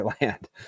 land